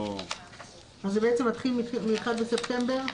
אז זה בעצם מתחיל מ-1 בספטמבר?